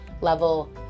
level